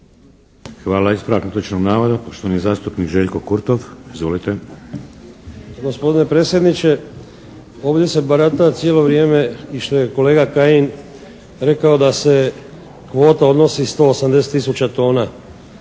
Hvala. Ispravak netočnog navoda, poštovani zastupnik Željko Kurtov. Izvolite. **Kurtov, Željko (HNS)** Gospodine predsjedniče, ovdje se barata cijelo vrijeme i što je kolega Kajin rekao da se kvota odnosi 180 tisuća tona.